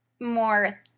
more